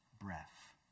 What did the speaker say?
breath